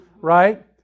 right